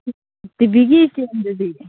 T ꯕꯤꯒꯤ ꯏꯁꯇꯦꯟꯗꯨꯗꯤ